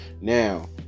Now